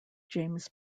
james